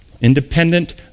Independent